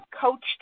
coached